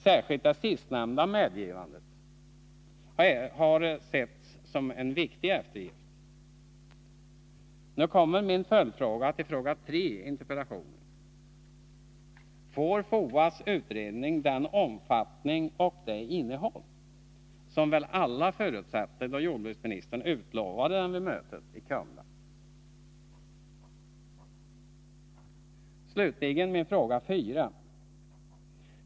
Särskilt det sistnämnda medgivandet har setts som en viktig eftergift. Nu kommer min följdfråga till fråga 3 i interpellationen: Får FOA:s utredning den omfattning och det innehåll som väl alla förutsatte då jordbruksministern utlovade utredningen vid mötet i Kumla? Slutligen min fråga 4.